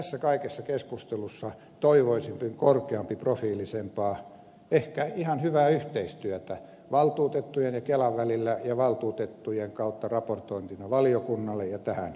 tässä kaikessa keskustelussa toivoisin korkeaprofiilisempaa ehkä ihan hyvää yhteistyötä valtuutettujen ja kelan välillä ja valtuutettujen kautta raportointina valiokunnalle ja tähän isoon saliin